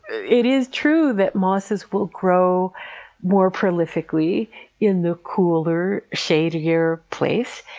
it is true that mosses will grow more prolifically in the cooler, shadier place.